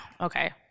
Okay